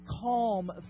calm